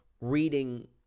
reading